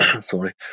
sorry